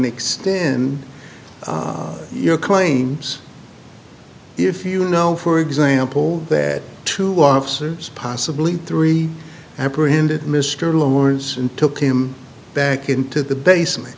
in your claims if you know for example that two officers possibly three apprehended mr lawrence and took him back into the basement